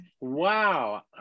Wow